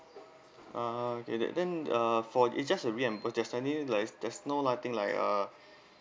ah okay that then uh for its just a reimburse there's any like there's no nothing like uh